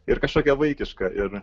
ir kažkokia vaikiška ir